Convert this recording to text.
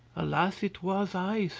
alas! it was i, sir,